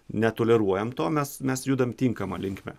netoleruojam to mes mes judam tinkama linkme